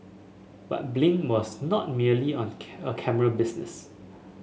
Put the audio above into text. but Blink was not merely on a camera business